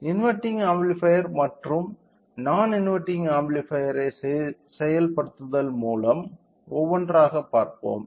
inverting amplifier மற்றும் non inverting amplifier ஐ செயல்படுத்தல் மூலம் ஒவ்வொன்றாகப் பார்ப்போம்